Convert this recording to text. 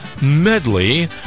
medley